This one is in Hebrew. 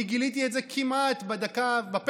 אני גיליתי את זה כמעט בפנדלים,